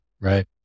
right